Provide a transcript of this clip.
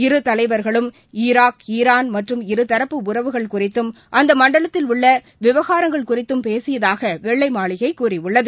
இரு தலைவர்களும் Iraq Iran மற்றும் இருதரப்பு உறவுகள் குறித்தும் அந்த மண்டலத்தில் உள்ள விவகாரங்கள் குறித்தும் பேசியதாக வெள்ளை மாளிகை கூறியுள்ளது